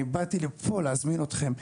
אני באתי לפה להזמין אתכם,